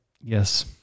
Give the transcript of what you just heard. Yes